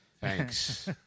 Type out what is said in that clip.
Thanks